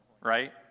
right